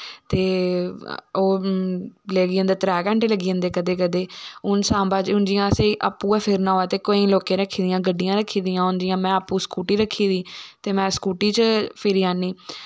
ते ओ लग्गी जंदे त्रै घैंटे लग्गी जंदे कदैं कदैं हुन सांबा च हुन जियां असेंई अप्पी गै फिरना होऐ ते केईं लोकें रक्खी दियां गड्डियां रक्खी दियां हून जियां में आपूं स्कूटी रक्की दी ते मैं स्कूटी च फिरी आनी